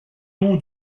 nom